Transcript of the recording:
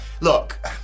look